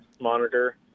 monitor